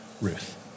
Ruth